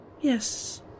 Yes